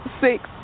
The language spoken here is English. six